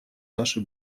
наше